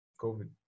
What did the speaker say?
COVID